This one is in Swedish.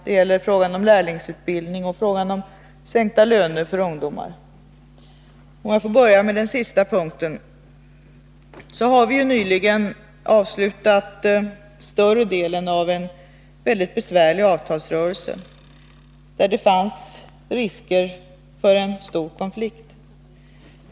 Det gäller frågan om lärlingsutbildning och frågan om sänkta löner för ungdomar. Om jag får börja med den sistnämnda punkten, så vill jag säga att vi nyligen har avslutat större delen av en mycket besvärlig avtalsrörelse, där det fanns risker för en stor konflikt.